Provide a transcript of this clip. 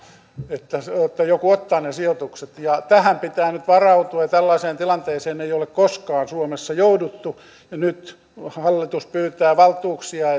että joku ottaa ne sijoitukset tähän pitää nyt varautua ja tällaiseen tilanteeseen ei ole koskaan suomessa jouduttu nyt hallitus pyytää valtuuksia